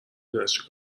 دونست